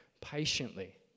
Patiently